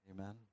Amen